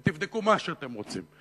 מה שאתם רוצים.